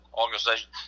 organization